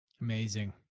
Amazing